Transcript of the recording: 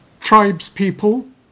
tribespeople